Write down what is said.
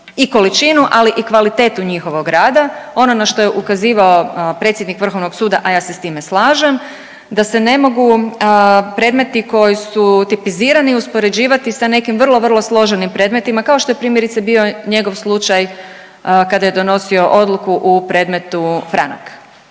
i količinu, ali i kvalitetu njihovog rada, ono na što je ukazivao predsjednik Vrhovnog suda, a ja se s time slažem da se ne mogu predmeti koji su tipizirani uspoređivati sa nekim vrlo, vrlo složenim predmetima kao što je primjerice bio njegov slučaj kada je donosio odluku u predmetu franak.